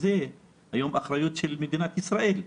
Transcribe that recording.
היום זו האחריות היא של מדינת ישראל,